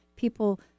People